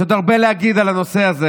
יש עוד הרבה להגיד על הנושא הזה,